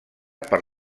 per